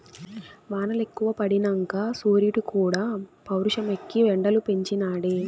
వానలెక్కువ పడినంక సూరీడుక్కూడా పౌరుషమెక్కి ఎండలు పెంచి నాడే